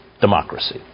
democracy